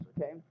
okay